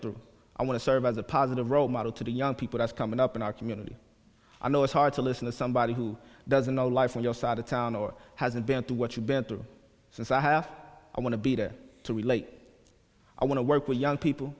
through i want to serve as a positive role model to the young people that's coming up in our community i know it's hard to listen to somebody who doesn't know life on your side of town or hasn't been to what you've been through since i have i want to be there to relate i want to work with young people